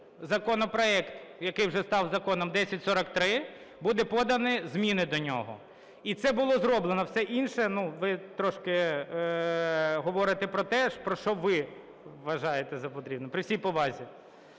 законопроект, який вже став законом, 1043, будуть подані зміни до нього. І це було зроблено. Все інше, ви трошки говорите про те, про що ви вважаєте за потрібне, при всій повазі.